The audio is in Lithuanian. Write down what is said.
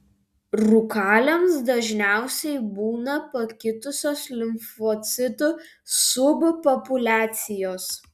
rūkaliams dažniausiai būna pakitusios limfocitų subpopuliacijos